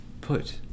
put